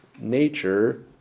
nature